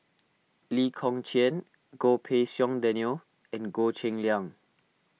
Lee Kong Chian Goh Pei Siong Daniel and Goh Cheng Liang